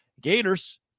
Gators